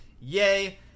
Yay